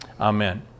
amen